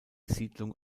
siedlung